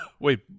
Wait